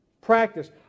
Practice